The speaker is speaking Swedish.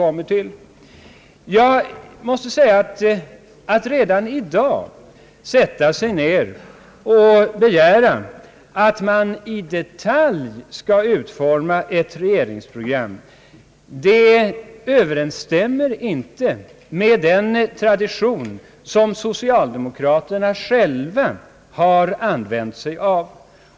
Att begära att man redan i dag skall utforma ett detaljerat regeringsprogram Överensstämmer inte med den tradition som socialdemokraterna själva har tillämpat.